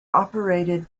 operated